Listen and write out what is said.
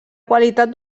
qualitat